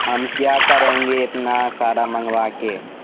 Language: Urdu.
ہم کیا کریں گے اتنا سارا منگوا کے